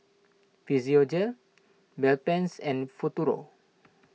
Physiogel Bedpans and Futuro